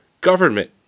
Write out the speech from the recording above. Government